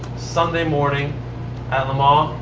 sunday morning at le um